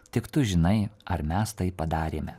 tik tu žinai ar mes tai padarėme